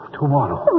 tomorrow